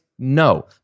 No